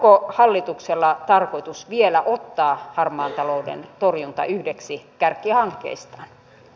onko hallituksella tarkoitus vielä ottaa harmaan talouden torjunta yhdeksi kärkihankkeistaan